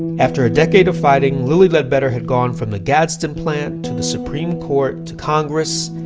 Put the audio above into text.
after a decade of fighting, lilly ledbetter had gone from the gadsden plant to the supreme court to congress,